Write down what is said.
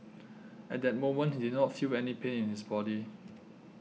at that moment he did not feel any pain in his body